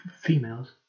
females